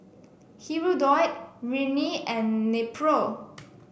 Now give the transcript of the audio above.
Hirudoid Rene and Nepro